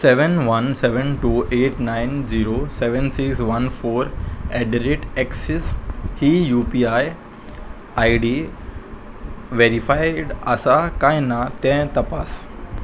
seven one seven two eight nine zero seven six one four at the rate axis ही U P I I D verified आसा काय ना तें तपास